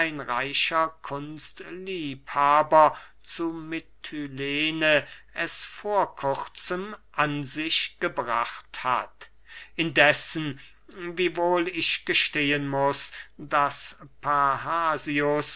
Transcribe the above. kunstliebhaber zu mitylene es vor kurzem an sich gebracht hat indessen wiewohl ich gestehen muß daß